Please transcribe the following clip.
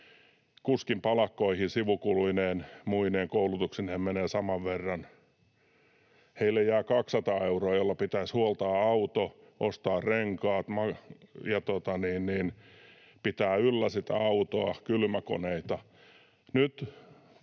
kuskin palkkoihin sivukuluineen, muineen, koulutuksineen menee saman verran. Heille jää 200 euroa, jolla pitäisi huoltaa auto, ostaa renkaat ja pitää yllä sitä autoa, kylmäkoneita.